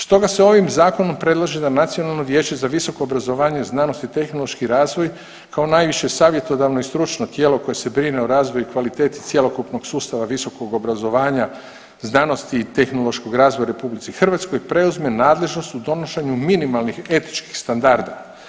Stoga se ovim zakonom predlaže da Nacionalno vijeće za visoko obrazovanje, znanost i tehnološki razvoj kao najviše savjetodavno i stručno tijelo koje se brine o razvoju i kvaliteti cjelokupnog sustava visokog obrazovanja, znanosti i tehnološkog razvoja u RH preuzme nadležnost u donošenju minimalnih etičkih standarda.